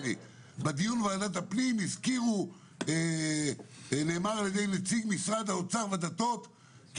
"בדיון בוועדת הפנים נאמר על ידי נציגי משרד האוצר והדתות כי